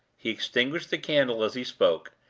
he extinguished the candle as he spoke,